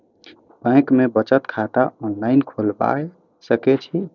Bank में बचत खाता ऑनलाईन खोलबाए सके छी?